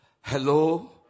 Hello